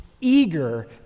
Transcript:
eager